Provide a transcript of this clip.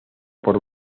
por